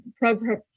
program